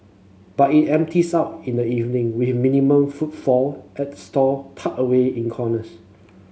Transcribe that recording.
but it empties out in the evening with minimal footfall at stall tucked away in corners